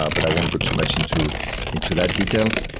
ah but i won't go too much into into that detail, so